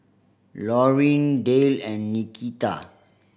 Laurine Dale and Nikita